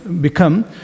become